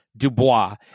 Dubois